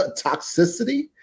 toxicity